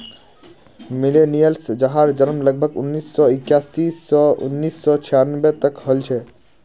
millennials जहार जन्म लगभग उन्नीस सौ इक्यासी स उन्नीस सौ छानबे तक हल छे